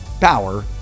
power